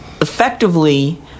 effectively